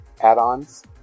add-ons